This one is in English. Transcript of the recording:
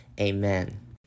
Amen